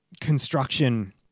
construction